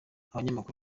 abanyamakuru